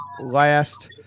Last